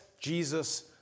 Jesus